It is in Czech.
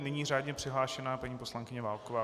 Nyní řádně přihlášená paní poslankyně Válková.